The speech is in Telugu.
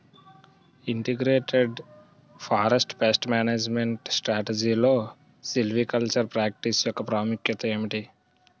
ఇంటిగ్రేటెడ్ ఫారెస్ట్ పేస్ట్ మేనేజ్మెంట్ స్ట్రాటజీలో సిల్వికల్చరల్ ప్రాక్టీస్ యెక్క ప్రాముఖ్యత ఏమిటి??